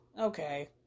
Okay